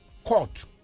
Court